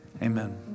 Amen